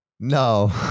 No